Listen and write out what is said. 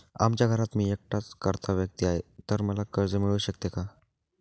आमच्या घरात मी एकटाच कर्ता व्यक्ती आहे, तर मला कर्ज मिळू शकते का?